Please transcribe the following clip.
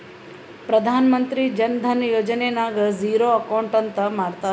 ಪ್ರಧಾನ್ ಮಂತ್ರಿ ಜನ ಧನ ಯೋಜನೆ ನಾಗ್ zero account ಅಂತ ಮಾಡ್ತಾರ